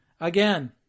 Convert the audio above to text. again